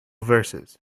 verses